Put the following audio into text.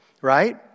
right